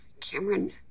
Cameron